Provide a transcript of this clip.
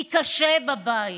כי קשה בבית,